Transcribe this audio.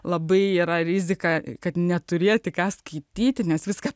labai yra rizika kad neturėti ką skaityti nes viskas